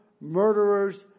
murderers